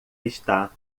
está